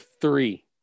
three